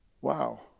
Wow